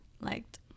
liked